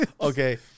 okay